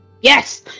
Yes